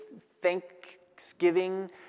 thanksgiving